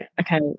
okay